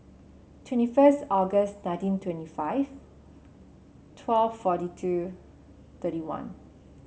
twenty first August nineteen twenty five twelve forty two thirty one